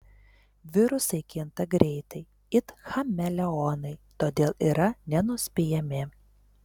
virusai kinta greitai it chameleonai todėl yra nenuspėjami